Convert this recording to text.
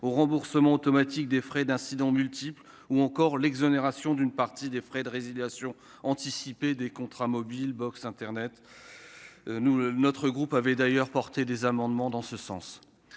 au remboursement automatique des frais en cas d'incidents multiples ou encore à l'exonération d'une partie des frais de résiliation anticipée des contrats mobiles et internet. Notre groupe a d'ailleurs défendu des amendements en ce sens.